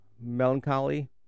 melancholy